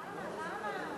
למה?